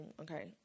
Okay